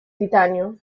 titanio